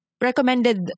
recommended